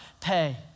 pay